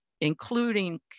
including